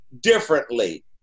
differently